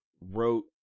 wrote